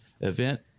event